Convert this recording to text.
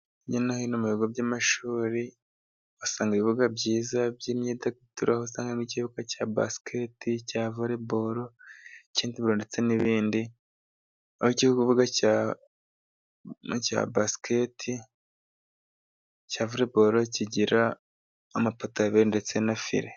Hirya no hino mu bigo by'amashuri uhasanga ibibuga byiza by'imyidagaduro, uho uhasanga n'ikibuga cya basikete nicya voreboru ndetse n'ibindi, aho ikibuga cya basikete voreboru kigira amapoto abiri ndetse na fire.